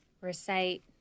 Recite